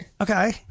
Okay